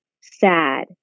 sad